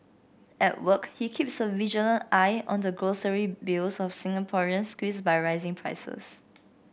at work he keeps a vigilant eye on the grocery bills of Singaporeans squeezed by rising prices